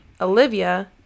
Olivia